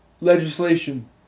legislation